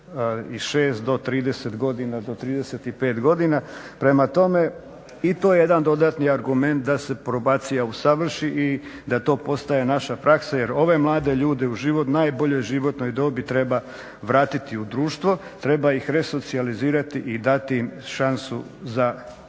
od 26 do 30 godina, do 35 godina. Prema tome, i to je jedan dodatni argument da se probacija usavrši i da to postaje naša praksa jer ove mlade ljude u najboljoj životnoj dobi treba vratiti u društvo, treba ih resocijalizirati i dati im drugu šansu